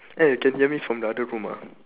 eh you can hear me from the other room ah